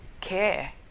Care